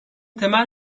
temel